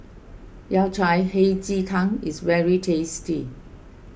Yao Cai Hei Ji Tang is very tasty